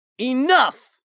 Enough